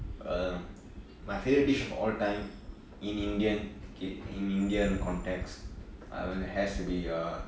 err my favourite dish of all time in indian okay in indian context uh has to be uh